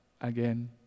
again